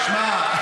שמע,